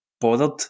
bothered